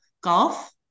golf